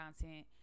content